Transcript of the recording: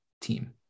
team